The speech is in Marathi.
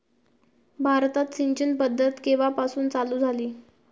भारतात सिंचन पद्धत केवापासून चालू झाली?